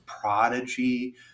prodigy